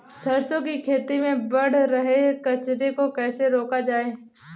सरसों की खेती में बढ़ रहे कचरे को कैसे रोका जाए?